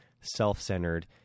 self-centered